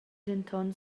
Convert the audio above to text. denton